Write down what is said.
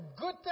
good